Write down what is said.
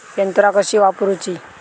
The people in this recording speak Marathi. यंत्रा कशी वापरूची?